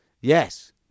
Yes